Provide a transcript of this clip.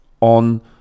on